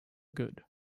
good